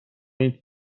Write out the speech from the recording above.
این